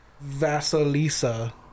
vasilisa